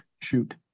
Shoot